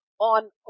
on